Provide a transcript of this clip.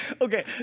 Okay